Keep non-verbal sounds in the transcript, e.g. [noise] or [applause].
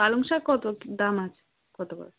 পালং শাক কতো কী দাম আছে [unintelligible]